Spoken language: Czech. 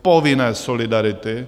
Povinné solidarity!